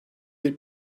bir